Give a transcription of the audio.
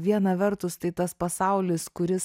viena vertus tai tas pasaulis kuris